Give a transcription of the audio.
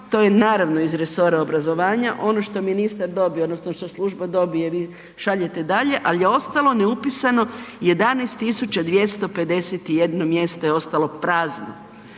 to je naravno iz resora obrazovanja, ono što ministar dobije odnosno što služba dobije vi šaljete dalje, ali je ostalo neupisano 11.251 mjesto je ostalo prazno.